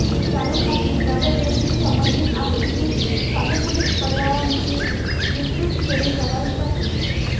चालू खाती द्रव ठेवींशी संबंधित आहेत, जी सानुकूलित पर्यायांची विस्तृत श्रेणी प्रदान करते